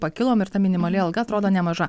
pakilom ir ta minimali alga atrodo nemaža